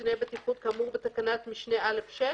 קציני בטיחות כאמור בתקנת משנה (א)(6)